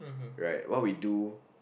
right what we do